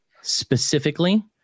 specifically